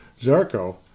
Zarco